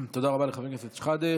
תודה רבה לחבר הכנסת שחאדה.